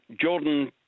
Jordan